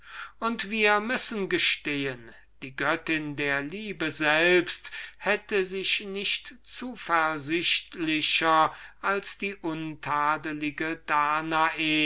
und wir müssen gestehen die göttin der liebe selbst hätte sich nicht zuversichtlicher als die untadelliche danae